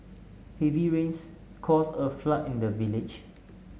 heavy rains caused a flood in the village